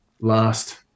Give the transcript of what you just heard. last